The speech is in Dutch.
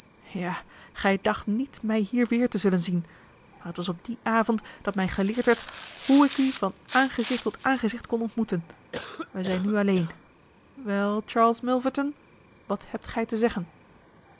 ja gij dacht niet mij hier weer te zullen zien maar het was op dien avond dat mij geleerd werd hoe ik u van aangezicht tot aangezicht kon ontmoeten wij zijn nu alleen wel charles milverton wat hebt gij te zeggen